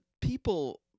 people